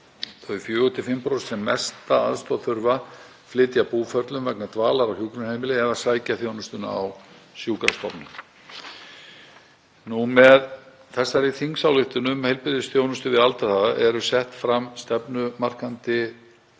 Þau 4–5% sem mesta aðstoð þurfa flytja búferlum vegna dvalar á hjúkrunarheimili eða sækja þjónustuna á sjúkrastofnun. Með þessari þingsályktunartillögu, um heilbrigðisþjónustu við aldraða, eru sett fram stefnumarkandi markmið